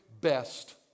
best